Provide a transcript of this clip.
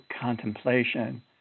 contemplation